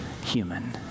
human